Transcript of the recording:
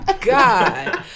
god